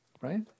right